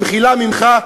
במחילה ממך,